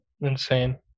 insane